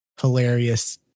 hilarious